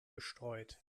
bestreut